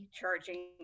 charging